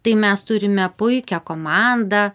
tai mes turime puikią komandą